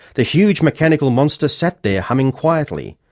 the huge mechanical monster sat there humming quietly,